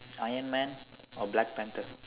Iron Man or black panther